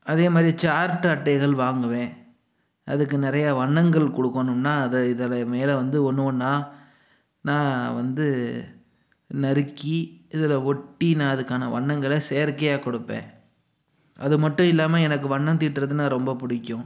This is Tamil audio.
அதே மாதிரி சார்ட் அட்டைகள் வாங்குவேன் அதுக்கு நிறைய வண்ணங்கள் கொடுக்கணும்னா அதை இதனை மேலே வந்து ஒன்று ஒன்னாக நான் வந்து நறுக்கி இதில் ஒட்டி நான் அதுக்கான வண்ணங்களை செயற்கையாக கொடுப்பேன் அது மட்டும் இல்லாமல் எனக்கு வண்ணம் தீட்டுறதுனா ரொம்ப பிடிக்கும்